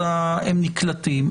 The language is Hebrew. אז הם נקלטים.